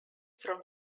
from